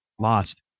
lost